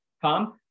come